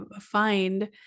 find